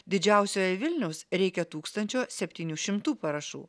didžiausioje vilniaus reikia tūkstančio septynių šimtų parašų